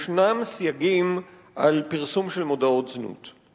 ישנם סייגים על פרסום של מודעות זנות.